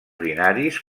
binaris